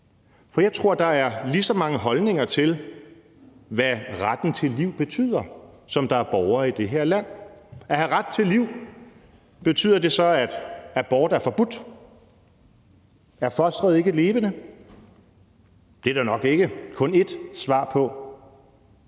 For jeg tror, der er lige så mange holdninger til, hvad retten til liv betyder, som der er borgere i det her land. Betyder at have ret til liv så, at abort er forbudt? Er fosteret ikke levende? Det er der nok ikke kun ét svar på.